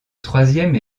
troisième